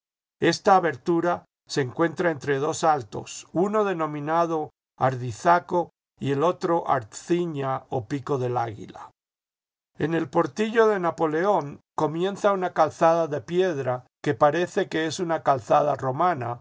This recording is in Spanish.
esta abertura se encuentra entre dos altos uno denominado ardizaco y el otro artziña o pico del águila en el portillo de napoleón comienza una calzada de piedra que parece que es una calzada romana